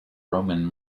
roman